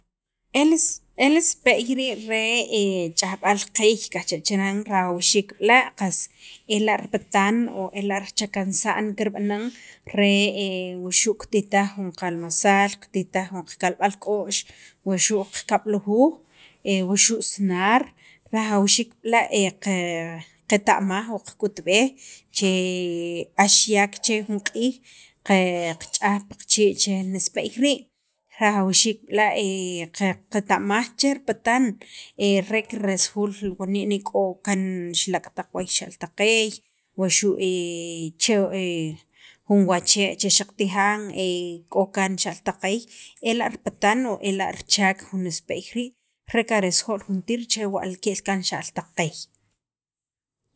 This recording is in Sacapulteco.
El sipe el sipe'y rii' re ch'ajb'al qeey qajcha' chiran rajawxiik b'la' qas ela' ripatan o ela' richakansa'n kirb'anan re wuxu' kitijtaj jun kalmasal, kitijtaj jun qakalb'al k'o'x kitijtaj kab'lujuuj wuxu' sanar rajawxiik b'la' qaqeta'maj o qak'utb'ej che axyak che jun q'iij qach'aj pi qe qachii' che jun sipe'y rii', rajawxiik qaqeta'maj che ripatan re karelsujul wani' ne k'o kaan xalak' taj waay xa'l taq qeey, waxu' che jun wachee' che xaq tijan k'o kaan xa'l taq qeey ela' ripataan o ela' richaak jun sipe'y rii', re karelsajol juntir che ke'l kaan xa'l taq qeey.